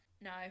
No